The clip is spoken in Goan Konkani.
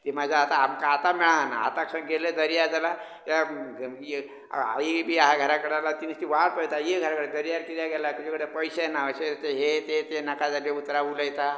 की म्हाजे आतां आमकां आतां मेळाना आता खंय गेलय दर्या जाला आ आई बी आहा घरा कडे जाल्या ती नुस्ती वाट पयता ये घरा कडे दर्यार कित्याक गेला तुजे कडेन पयशें ना अशें तें हे तें तें नाका जाल्ले उतरां उलयता